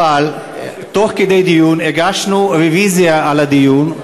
תוך כדי הדיון הגשנו רוויזיה על הדיון,